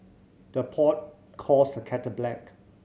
the pot calls the kettle black